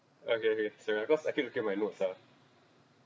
okay okay sorry I keep to key my notes ah